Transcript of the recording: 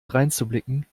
dreinzublicken